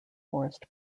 forest